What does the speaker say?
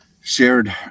shared